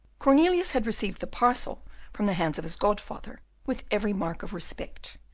cornelius had received the parcel from the hands of his godfather with every mark of respect,